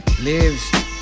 lives